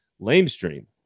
lamestream